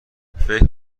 فکر